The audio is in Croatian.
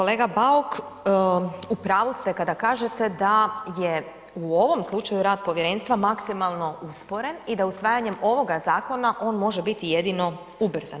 Kolega Bauk, u pravu ste kada kažete da je u ovom slučaju rad povjerenstva maksimalno usporen i da usvajanjem ovoga zakona on može biti jedino ubrzan.